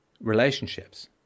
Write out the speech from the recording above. relationships